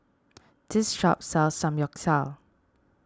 this shop sells Samgyeopsal